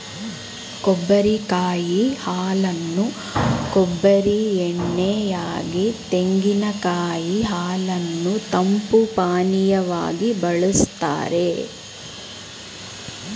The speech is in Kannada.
ಕೊಬ್ಬರಿ ಕಾಯಿ ಹಾಲನ್ನು ಕೊಬ್ಬರಿ ಎಣ್ಣೆ ಯಾಗಿ, ತೆಂಗಿನಕಾಯಿ ಹಾಲನ್ನು ತಂಪು ಪಾನೀಯವಾಗಿ ಬಳ್ಸತ್ತರೆ